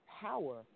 power